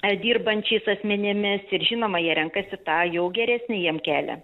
dirbančiais asmenimis ir žinoma jie renkasi tą jau geresnį jiem kelią